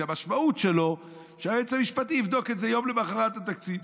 והמשמעות היא שהיועץ המשפטי יבדוק את זה יום למוחרת התקציב.